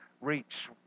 reach